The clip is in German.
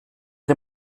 der